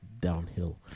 downhill